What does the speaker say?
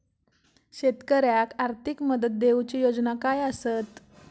शेतकऱ्याक आर्थिक मदत देऊची योजना काय आसत?